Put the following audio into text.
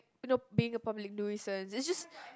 you know being a public nuisance it's just